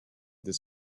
this